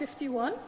51